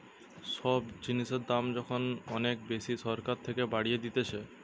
সব জিনিসের দাম যখন অনেক বেশি সরকার থাকে বাড়িয়ে দিতেছে